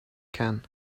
can